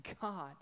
God